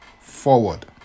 forward